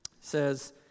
says